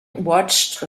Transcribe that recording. watched